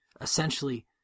Essentially